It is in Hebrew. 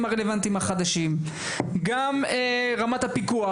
הרלוונטיים החדשים וגם רמת הפיקוח.